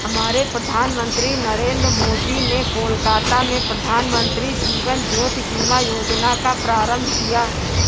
हमारे प्रधानमंत्री नरेंद्र मोदी ने कोलकाता में प्रधानमंत्री जीवन ज्योति बीमा योजना का प्रारंभ किया